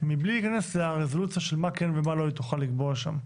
מבלי להיכנס לרזולוציה של מה שכן ומה לא היא תוכל לקבוע שם.